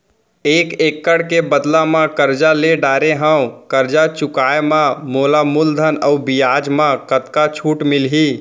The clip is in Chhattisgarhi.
एक एक्कड़ के बदला म करजा ले डारे हव, करजा चुकाए म मोला मूलधन अऊ बियाज म कतका छूट मिलही?